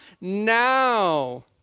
now